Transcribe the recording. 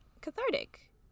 cathartic